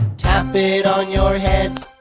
tap on your head.